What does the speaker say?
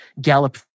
gallop